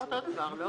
כן.